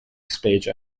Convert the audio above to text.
specie